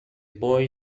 boy